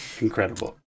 incredible